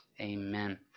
Amen